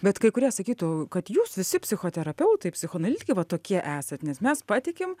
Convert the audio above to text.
bet kai kurie sakytų kad jūs visi psichoterapeutai psichoanalitikai va tokie esat nes mes patikim